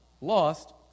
Lost